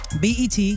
BET